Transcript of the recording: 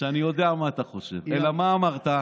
שאני יודע מה אתה חושב, אלא מה אמרת?